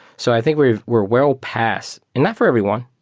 so i think we're we're well passed, and not for everyone.